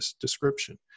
description